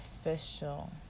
official